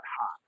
hot